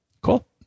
cool